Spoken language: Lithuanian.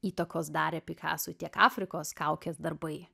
įtakos darė pikaso tiek afrikos kaukės darbai